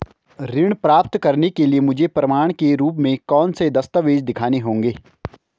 ऋण प्राप्त करने के लिए मुझे प्रमाण के रूप में कौन से दस्तावेज़ दिखाने होंगे?